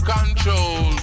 Control